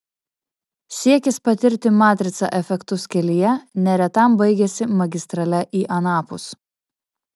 siekis patirti matrica efektus kelyje neretam baigiasi magistrale į anapus